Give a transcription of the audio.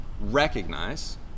recognize